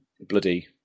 bloody